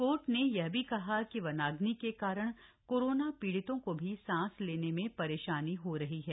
court ने यह भी कहा कि वनाग्नि के कारण कोरोना पीड़ितों को भी सांस लेने में परेशानी हो रही है